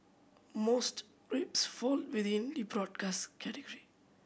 most rapes fall within the broadest category